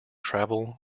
travel